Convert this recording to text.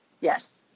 Yes